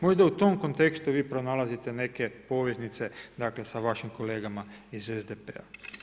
Možda u tom kontekstu vi pronalazite neke poveznice, dakle sa vašim kolegama iz SDP-a.